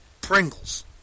Pringles